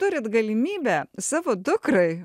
turit galimybę savo dukrai